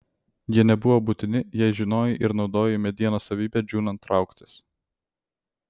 jie nebuvo būtini jei žinojai ir naudojai medienos savybę džiūnant trauktis